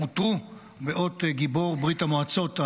עוטרו באות גיבור ברית המועצות,